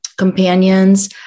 companions